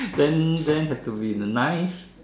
then then have to be the knife